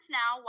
now